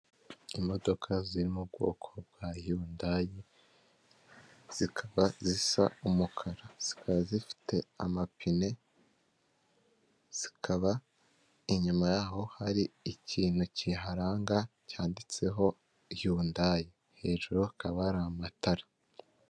Abantu benshi iyo bagiye kubwira imbaga nyamwinshi bifashisha indangururamajwi. Uyu mumama wambaye umupira w'umukara n'ipantaro y'umukara n'inkweto z'umukara n'isakoshi y'umukara, ubanza akunda ibara ry'umukara niko yabikoze. Mubyukuri buri wese ahari arabasha kumva nta nkomyi nta n'imbogamizi.